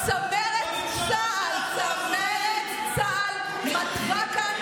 אתם לא אחראים